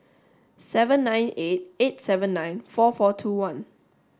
seven nine eight eight seven nine four four two one